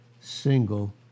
single